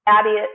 Abby